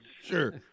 sure